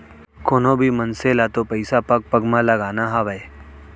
कोनों भी मनसे ल तो पइसा पग पग म लगाना हावय